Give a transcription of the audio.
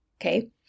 Okay